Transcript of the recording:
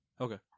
Okay